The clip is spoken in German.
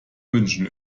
wünschen